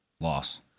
Loss